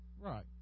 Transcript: Right